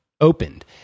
Opened